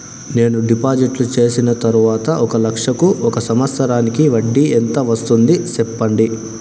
నేను డిపాజిట్లు చేసిన తర్వాత ఒక లక్ష కు ఒక సంవత్సరానికి వడ్డీ ఎంత వస్తుంది? సెప్పండి?